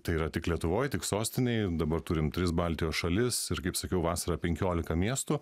tai yra tik lietuvoj tik sostinėj dabar turim tris baltijos šalis ir kaip sakiau vasarą penkiolika miestų